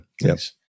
yes